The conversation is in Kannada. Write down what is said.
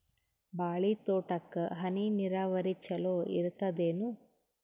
ಬಾಳಿ ತೋಟಕ್ಕ ಹನಿ ನೀರಾವರಿ ಚಲೋ ಇರತದೇನು?